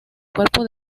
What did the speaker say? cuerpo